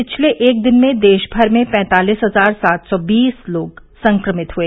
पिछले एक दिन में देश भर में पैंतालीस हजार सात सौ बीस लोग संक्रमित हए